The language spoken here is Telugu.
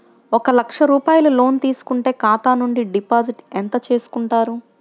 ఒక లక్ష రూపాయలు లోన్ తీసుకుంటే ఖాతా నుండి డిపాజిట్ ఎంత చేసుకుంటారు?